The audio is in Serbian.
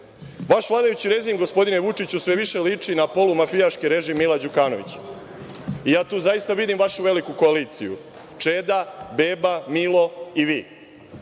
vladajući režim, gospodine Vučiću sve više liči na polumafijaški režim Mila Đukanovića, i ja tu zaista vidim vašu veliku koaliciju, Čeda, Beba, Milo i Vi.